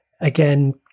again